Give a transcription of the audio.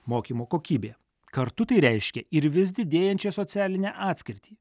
mokymo kokybė kartu tai reiškia ir vis didėjančią socialinę atskirtį